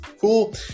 cool